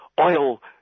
Oil